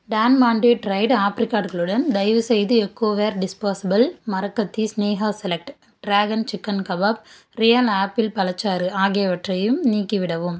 Don Monte dried ஆப்ரிகாட்களுடன் தயவுசெய்து Ecoware disposable மரக் கத்தி Sneha select dragon chicken kebab Real apple பழச்சாறு ஆகியவற்றையும் நீக்கிவிடவும்